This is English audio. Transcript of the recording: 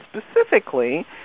specifically